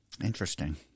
Interesting